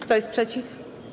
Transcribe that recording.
Kto jest przeciw?